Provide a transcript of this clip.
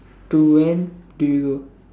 to when do you